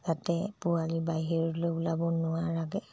যাতে পোৱালি বাহিৰলৈ ওলাব নোৱাৰাকৈ